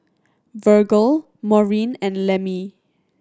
Virgle Maureen and Lemmie